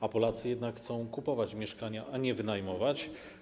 A Polacy jednak chcą kupować mieszkania, a nie je wynajmować.